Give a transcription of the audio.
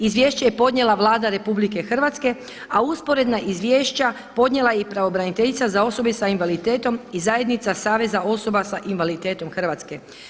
Izvješće je podnijela Vlada RH a usporedna izvješća podnijela je i pravobraniteljica za osobe sa invaliditetom i Zajednica saveza osoba sa invaliditetom Hrvatske.